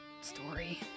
story